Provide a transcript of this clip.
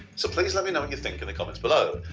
so please let me know what you think in the comments below.